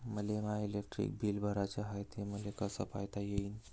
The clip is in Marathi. मले माय इलेक्ट्रिक बिल भराचं हाय, ते मले कस पायता येईन?